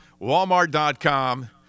walmart.com